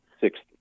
sixth